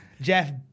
Jeff